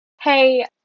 hey